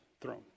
throne